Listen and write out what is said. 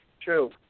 True